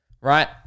right